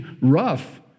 rough